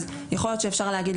אז יכול להיות שאפשר להגיד,